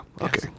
Okay